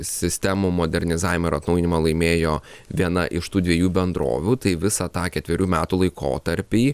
sistemų modernizavimą ir atnaujinimą laimėjo viena iš tų dviejų bendrovių tai visą tą ketverių metų laikotarpį